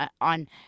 on